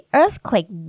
earthquake